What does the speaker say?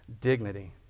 dignity